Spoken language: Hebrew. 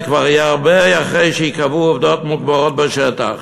זה כבר יהיה הרבה אחרי שייקבעו עובדות מוגמרות בשטח,